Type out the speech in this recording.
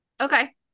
okay